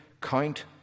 count